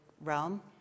realm